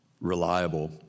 reliable